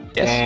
Yes